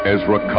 Ezra